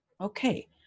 Okay